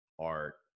art